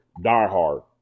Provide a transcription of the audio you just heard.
diehard